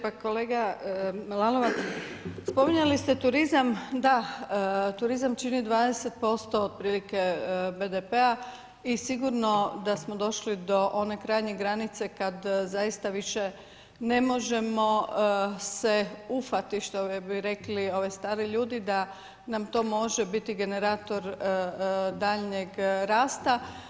Pa kolega Lalovac, spominjali ste turizam, da, turizam čini 20% otprilike BDP-a i sigurno da smo došli do one krajnje granice kad zaista više ne možemo se ufati što bi rekli ovi stari ljudi da nam to može biti generator daljnjeg rasta.